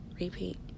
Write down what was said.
Repeat